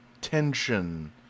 tension